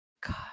God